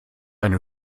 eine